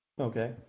Okay